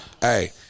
Hey